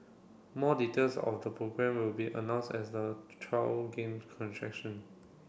more details of the programme will be announced as the trial gain contraction